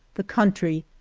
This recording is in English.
the country,